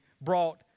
brought